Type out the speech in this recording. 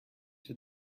that